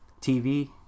TV